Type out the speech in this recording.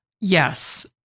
Yes